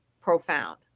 profound